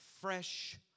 fresh